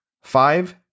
Five